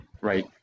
Right